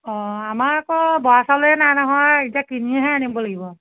অ আমাৰ আকৌ বৰা চাউলেই নাই নহয় এতিয়া কিনিহে আনিব লাগিব